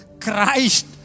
Christ